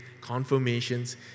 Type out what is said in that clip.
confirmations